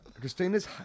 Christina's